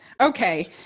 okay